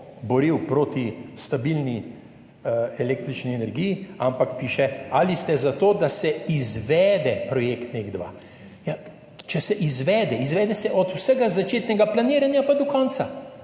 boril proti stabilni električni energiji, piše, ali ste za to, da se izvede projekt NEK2. Če se izvede. Izvede se od vsega začetnega planiranja pa do konca.